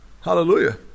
Hallelujah